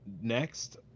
next